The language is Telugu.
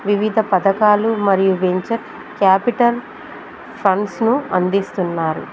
వివిధ పథకాలు మరియు వెంచర్ క్యాపిటల్ ఫండ్స్ను అందిస్తున్నారు